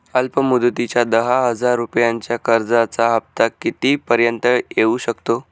अल्प मुदतीच्या दहा हजार रुपयांच्या कर्जाचा हफ्ता किती पर्यंत येवू शकतो?